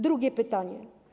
Drugie pytanie.